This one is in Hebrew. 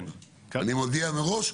אני מודיע מראש,